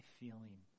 feeling